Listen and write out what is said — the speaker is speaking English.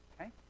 okay